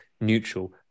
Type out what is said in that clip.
neutral